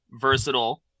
versatile